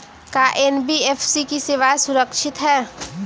का एन.बी.एफ.सी की सेवायें सुरक्षित है?